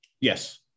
Yes